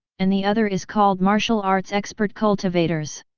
and the other is called martial arts expert cultivators.